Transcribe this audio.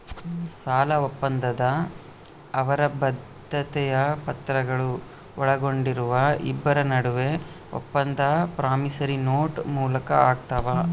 ಸಾಲಒಪ್ಪಂದ ಅವರ ಬದ್ಧತೆಯ ಪತ್ರಗಳು ಒಳಗೊಂಡಿರುವ ಇಬ್ಬರ ನಡುವೆ ಒಪ್ಪಂದ ಪ್ರಾಮಿಸರಿ ನೋಟ್ ಮೂಲಕ ಆಗ್ತಾವ